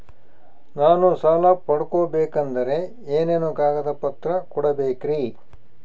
ನಾನು ಸಾಲ ಪಡಕೋಬೇಕಂದರೆ ಏನೇನು ಕಾಗದ ಪತ್ರ ಕೋಡಬೇಕ್ರಿ?